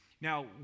Now